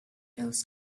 else